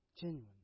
genuine